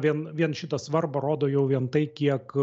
vien vien šitą svarbą rodo jau vien tai kiek